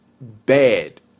bad